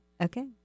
Okay